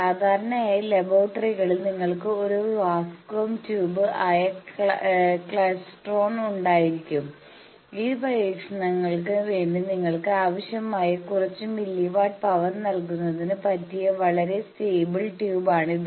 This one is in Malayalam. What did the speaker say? സാധാരണയായി ലബോറട്ടറികളിൽ നിങ്ങൾക്ക് ഒരു വാക്വം ട്യൂബ് ആയ ക്ലൈസ്ട്രോൺ ഉണ്ടായിരിക്കാം ഈ പരീക്ഷണങ്ങൾക്ക് വേണ്ടി നിങ്ങൾക്ക് ആവശ്യമായ കുറച്ച് മില്ലി വാട്ട് പവർ നൽകുന്നതിന് പറ്റിയ വളരെ സ്റ്റേബിൾ ട്യൂബ് ആണ് ഇത്